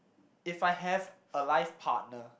if I have a life partner